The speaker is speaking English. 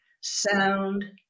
Sound